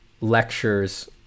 lectures